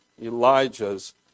Elijah's